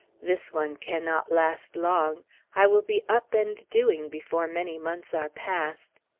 this one cannot last long i will be up and doing before many months are past.